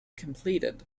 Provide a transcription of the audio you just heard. completed